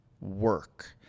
work